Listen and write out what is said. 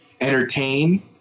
entertain